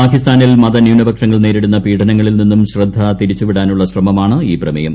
പാകിസ്ഥാനിൽ മത ന്യൂനപക്ഷങ്ങൾ നേരിടുന്ന പീഡനങ്ങളിൽ നിന്നും ശ്രദ്ധ തിരിച്ചു വിടാനുള്ള ശ്രമമാണ് ഈ പ്രമേയം